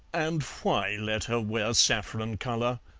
and why let her wear saffron colour?